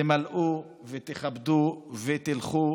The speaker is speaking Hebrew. תמלאו ותכבדו ותלכו